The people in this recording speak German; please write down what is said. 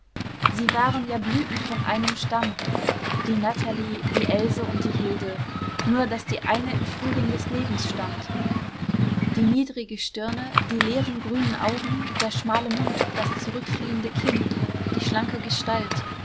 sie waren ja blüten von einem stamm die natalie die elise und die hilde nur daß die eine im frühling des lebens stand die niedrige stirne die leeren grünen augen der schmale mund das zurückfliehende kinn die schlanke gestalt